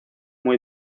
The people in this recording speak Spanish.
muy